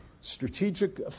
strategic